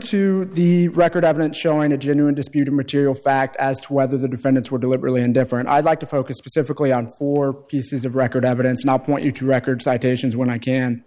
to the record evidence showing a genuine dispute a material fact as to whether the defendants were deliberately indifferent i'd like to focus specifically on four pieces of record evidence not point you to record citations when i can